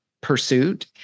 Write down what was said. Pursuit